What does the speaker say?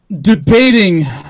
debating